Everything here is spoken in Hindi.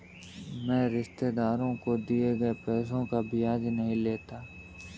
मैं रिश्तेदारों को दिए गए पैसे का ब्याज नहीं लेता